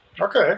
Okay